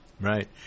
right